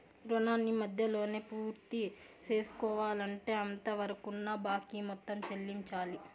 రుణాన్ని మధ్యలోనే పూర్తిసేసుకోవాలంటే అంతవరకున్న బాకీ మొత్తం చెల్లించాలి